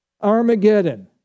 Armageddon